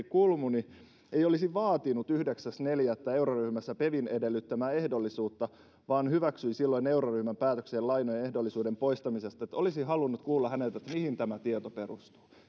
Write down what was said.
kulmuni ei olisi vaatinut yhdeksäs neljättä euroryhmässä pevin edellyttämää ehdollisuutta vaan hyväksyi silloin euroryhmän päätöksen lainojen ehdollisuuden poistamisesta niin olisin halunnut kuulla häneltä mihin tämä tieto perustuu